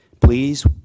Please